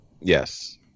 Yes